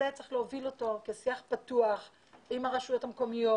צריך להוביל כשיח פתוח עם הרשויות המקומיות,